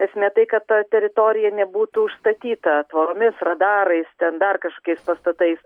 esmė tai kad ta teritorija nebūtų užstatyta tvoromis radarais ten dar kažkokiais pastatais